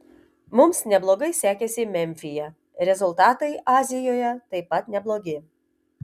mums neblogai sekėsi memfyje rezultatai azijoje taip pat neblogi